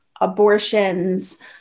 abortions